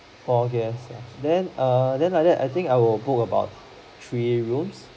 four guests then err then like that I think I will book about three rooms